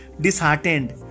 disheartened